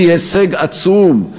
היא הישג עצום,